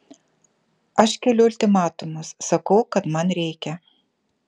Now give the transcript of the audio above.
aš keliu ultimatumus sakau kad man reikia